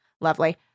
Lovely